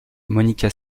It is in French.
monica